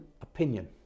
opinion